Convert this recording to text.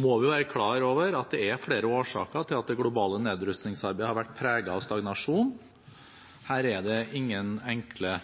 må vi være klar over at det er flere årsaker til at det globale nedrustningsarbeidet har vært preget av stagnasjon. Her er det ingen enkle